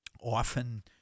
often